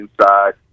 inside